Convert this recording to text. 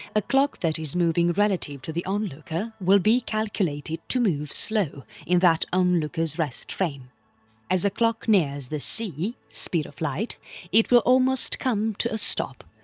a clock that is moving relative to the onlooker will be calculated to move slow in that onlookers rest frame as a clock nears the c speed of light it will almost come to a stop,